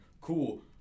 cool